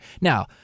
Now